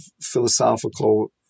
philosophical